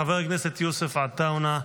חבר הכנסת יוסף עטאונה,